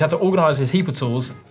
to organize his heap of tools,